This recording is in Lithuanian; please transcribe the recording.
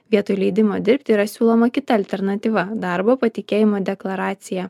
vietoj leidimo dirbti yra siūloma kita alternatyva darbo patikėjimo deklaracija